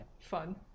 fun